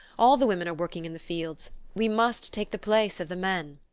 all the women are working in the fields we must take the place of the men.